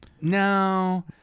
no